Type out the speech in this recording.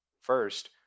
First